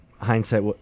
hindsight